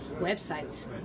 websites